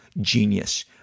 genius